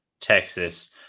texas